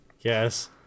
yes